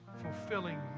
fulfilling